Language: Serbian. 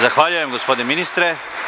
Zahvaljujem gospodine ministre.